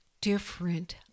different